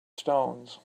stones